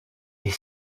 est